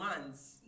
months